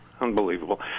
unbelievable